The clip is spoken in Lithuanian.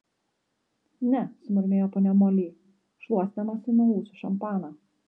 ne sumurmėjo ponia moli šluostydamasi nuo ūsų šampaną